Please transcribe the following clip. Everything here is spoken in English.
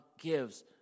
gives